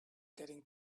getting